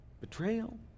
betrayal